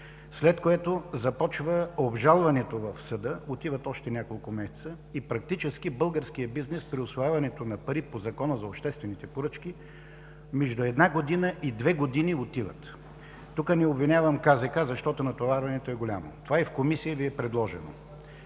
След което започва обжалването в съда, отиват още няколко месеца и практически българският бизнес при усвояването на пари по Закона за обществените поръчки между една година и две години отиват. Тук не обвинявам КЗК, защото натоварването е голямо. Това е в Комисия и Ви е предложено.